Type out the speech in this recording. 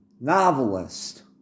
novelist